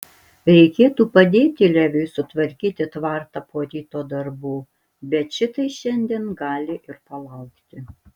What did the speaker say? reikėtų padėti leviui sutvarkyti tvartą po ryto darbų bet šitai šiandien gali ir palaukti